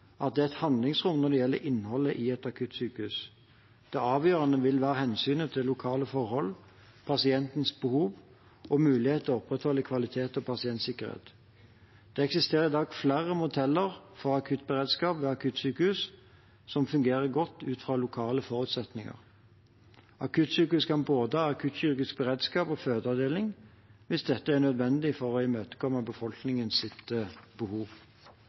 at det er et handlingsrom når det gjelder innholdet i et akuttsykehus. Det avgjørende vil være hensynet til lokale forhold, pasientenes behov og mulighet for å ivareta kvalitet og pasientsikkerhet. Det eksisterer i dag flere modeller for akuttberedskap ved akuttsykehus som fungerer godt ut fra lokale forutsetninger. Akuttsykehus kan ha både akuttkirurgisk beredskap og fødeavdeling hvis dette er nødvendig for imøtekomme befolkningens behov. Befolkningen